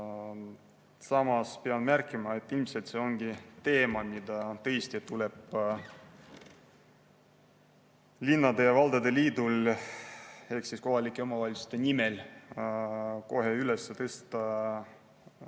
Samas pean märkima, et ilmselt see ongi teema, mis tõesti tuleb linnade ja valdade liidul kohalike omavalitsuste nimel kohe üles tõsta